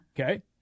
Okay